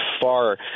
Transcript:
far